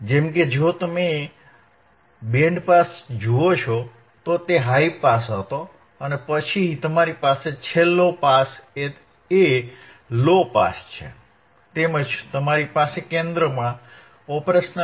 જેમ કે જો તમે બેન્ડ પાસ જુઓ છો તો તે હાઇ પાસ હતો પછી તમારી પાસે છેલ્લો પાસ એ લો પાસ છે તેમજ તમારી પાસે કેન્દ્રમાં OP Amp છે